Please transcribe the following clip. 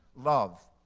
love,